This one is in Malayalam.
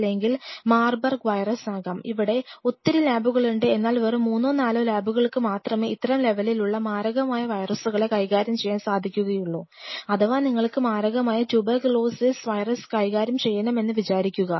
അല്ലെങ്കിൽ മാർബർഗ് വൈറസ് ആകാം ഇവിടെ ഒത്തിരി ലാബുകളുണ്ട് എന്നാൽ വെറും മൂന്നോ നാലോ ലാബുകൾക്ക് മാത്രമേ ഇത്തരം ലെവലിൽ ഉള്ള മാരകമായ വൈറസുകളെ കൈകാര്യം ചെയ്യാൻ സാധിക്കുകയുള്ളൂ അഥവാ നിങ്ങൾക്ക് മാരകമായ TB ട്യൂബർകുലോസിസ് വൈറസ് കൈകാര്യം ചെയ്യണം എന്ന് വിചാരിക്കുക